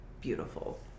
beautiful